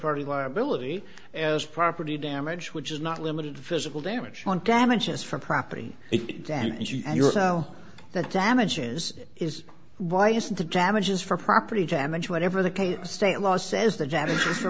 party liability as property damage which is not limited to physical damage damages for property it and you and your that damages is why is the damages for property damage whatever the case state law says the damages for